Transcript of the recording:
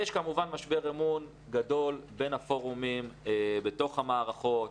יש כמובן משבר אמון גדול בין הפורומים בתוך המערכות,